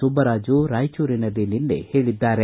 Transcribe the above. ಸುಬ್ಬುರಾಜು ರಾಯಚೂರಿನಲ್ಲಿ ನಿನ್ನೆ ಹೇಳಿದ್ದಾರೆ